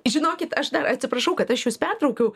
žinokit aš dar atsiprašau kad aš jus pertraukiau